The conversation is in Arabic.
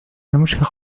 المشكلة